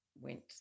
went